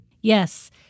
Yes